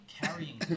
carrying